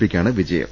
പിക്കാണ് വിജയം